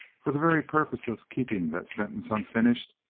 for the very purpose of keeping that sentence unfinished,